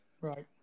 Right